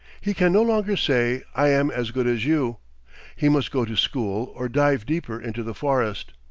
he can no longer say i am as good as you he must go to school or dive deeper into the forest.